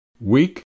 Weak